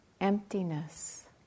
emptiness